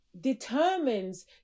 determines